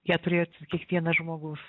ją turėjo kiekvienas žmogus